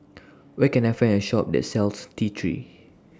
Where Can I Find A Shop that sells T three